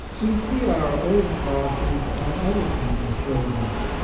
we see our own crosses on other people's shoulders,